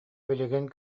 билигин